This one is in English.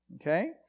okay